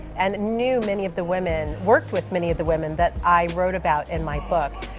and knew many of the women, worked with many of the women that i wrote about in my book.